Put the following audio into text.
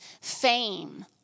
fame